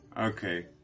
Okay